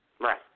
Right